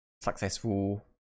successful